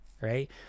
right